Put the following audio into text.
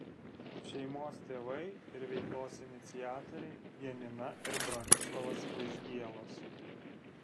šeimos tėvai ir veiklos iniciatoriai janina ir bronislovas vaizgielos